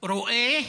רואה,